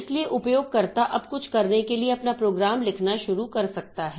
इसलिए उपयोगकर्ता अब कुछ करने के लिए अपना प्रोग्राम लिखना शुरू कर सकता है